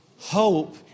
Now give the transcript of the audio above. Hope